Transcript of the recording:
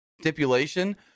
stipulation